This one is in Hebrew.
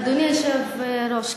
אדוני היושב-ראש,